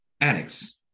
Annex